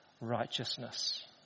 Righteousness